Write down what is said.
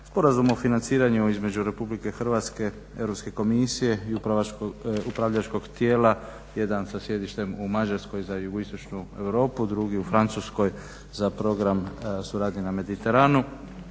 Sporazum o financiranju između Republike Hrvatske, Europske komisije i upravljačkog tijela jedan sa sjedištem u Mađarskoj za jugoistočnu Europu, drugi u Francuskoj za Program suradnje na Mediteranu